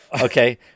Okay